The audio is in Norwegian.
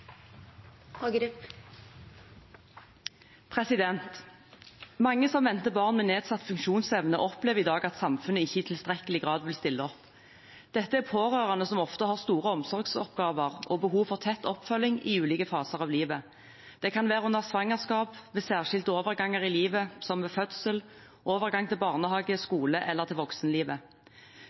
Mange som venter barn med nedsatt funksjonsevne, opplever i dag at samfunnet ikke i tilstrekkelig grad vil stille opp. Dette er pårørende som ofte har store omsorgsoppgaver og behov for tett oppfølging i ulike faser av livet. Det kan være under svangerskap eller ved særskilte overganger i livet, som ved fødsel og ved overgang til barnehage, skole eller voksenlivet.